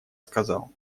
сказал